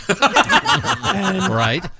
right